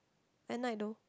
and I don't